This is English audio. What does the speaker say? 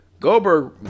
Goldberg